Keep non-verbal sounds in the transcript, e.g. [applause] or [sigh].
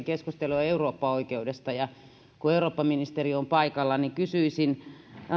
[unintelligible] keskustelua eurooppaoikeudesta kun eurooppaministeri on paikalla ja kysyisin